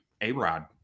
A-Rod